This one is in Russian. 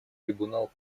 трибунал